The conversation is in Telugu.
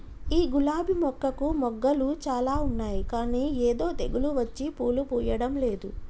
ఈ గులాబీ మొక్కకు మొగ్గలు చాల ఉన్నాయి కానీ ఏదో తెగులు వచ్చి పూలు పూయడంలేదు